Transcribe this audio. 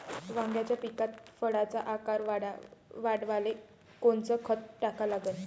वांग्याच्या पिकात फळाचा आकार वाढवाले कोनचं खत टाका लागन?